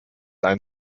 ein